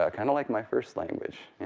ah kind of like my first language.